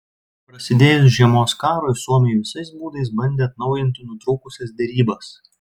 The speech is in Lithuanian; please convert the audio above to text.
prasidėjus žiemos karui suomiai visais būdais bandė atnaujinti nutrūkusias derybas